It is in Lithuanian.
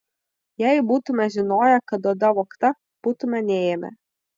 jei būtume žinoję kad oda vogta būtume neėmę